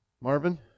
Marvin